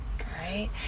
Right